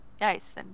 nice